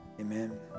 Amen